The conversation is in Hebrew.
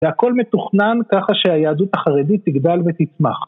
והכל מתוכנן ככה שהיהדות החרדית תגדל ותצמח.